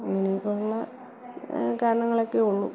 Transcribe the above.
അങ്ങനെയൊക്കെയുള്ള കരണങ്ങളൊക്കെ ഉളളൂ